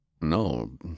No